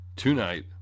Tonight